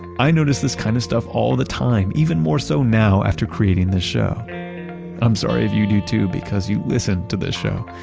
i notice this kind of stuff all the time, even more so now, after creating this show i'm sorry if you do, too, because you listen to this show.